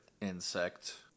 insect